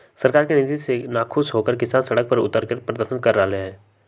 सरकार के नीति से नाखुश होकर किसान सड़क पर उतरकर प्रदर्शन कर रहले है